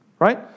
Right